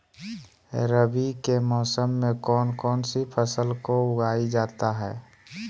रवि के मौसम में कौन कौन सी फसल को उगाई जाता है?